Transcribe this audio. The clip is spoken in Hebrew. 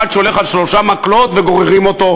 שהולך על שלושה מקלות וגוררים אותו,